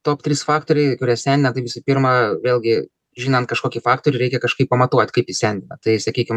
top trys faktoriai kurie sendina tai visų pirma vėlgi žinant kažkokį faktorių reikia kažkaip pamatuot kaip jį sendina tai sakykim